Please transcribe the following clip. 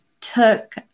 took